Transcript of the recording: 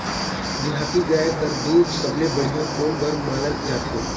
देहाती गाय कर दूध सबले बढ़िया कौन बर मानल जाथे?